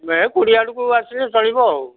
ମେ' କୋଡ଼ିଏ ଆଡ଼କୁ ଆସିଲେ ଚଳିବ ଆଉ